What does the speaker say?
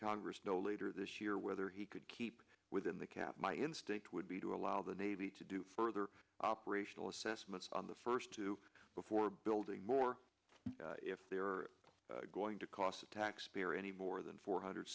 congress know later this year whether he could keep within the cap my instinct would be to allow the navy to do further operational assessments on the first two before building more if they are going to cost the taxpayer any more than four hundred